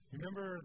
Remember